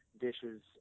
dishes